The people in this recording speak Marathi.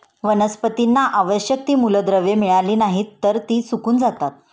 वनस्पतींना आवश्यक ती मूलद्रव्ये मिळाली नाहीत, तर ती सुकून जातात